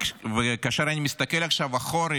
כאשר אני מסתכל עכשיו אחורה,